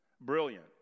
brilliant